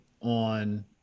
on